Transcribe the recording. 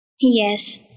Yes